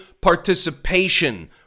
participation